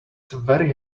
very